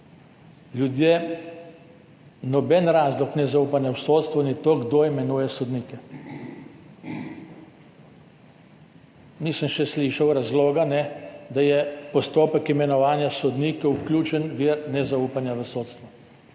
Ljudje, noben razlog nezaupanja v sodstvo ni to, kdo imenuje sodnike. Nisem še slišal razloga, da je postopek imenovanja sodnikov ključni vir nezaupanja v sodstvo.